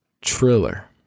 Triller